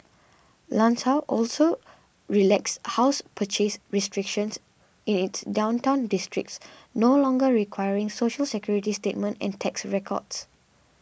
Lanzhou also relaxed house purchase restrictions in its downtown districts no longer requiring Social Security statement and tax records